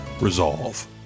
Resolve